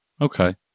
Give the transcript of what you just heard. Okay